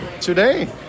Today